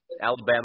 Alabama